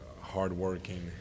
hardworking